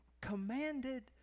commanded